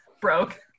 broke